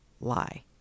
lie